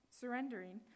surrendering